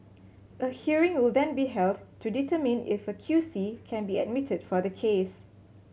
a hearing will then be held to determine if a Q C can be admitted for the case